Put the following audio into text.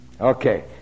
Okay